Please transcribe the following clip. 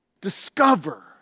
discover